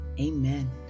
Amen